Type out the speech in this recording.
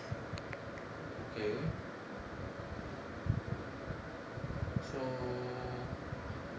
okay so